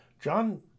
John